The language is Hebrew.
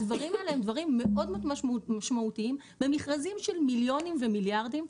הדברים האלה הם דברים מאוד משמעותיים במכרזים של מיליונים ומיליארדים,